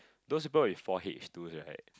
those goes with four H twos right